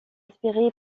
inspiré